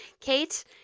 Kate